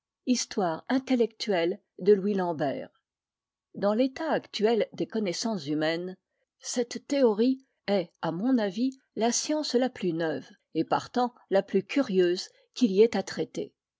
histoire intellectuelle de louis lambert dans l'état actuel des connaissances humaines cette théorie est à mon avis la science la plus neuve et partant la plus curieuse qu'il y ait à traiter